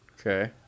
Okay